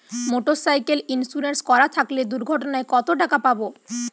Motorcycle insurance করা থাকলে দুঃঘটনায় কতটাকা পাব?